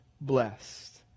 blessed